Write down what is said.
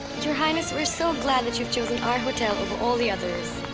your highness, we are so glad that you've chosen our hotel over all the others.